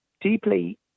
deeply